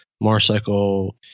motorcycle